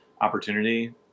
opportunity